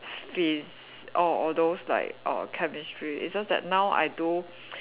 Phys~ or all those like err Chemistry it's just that now I do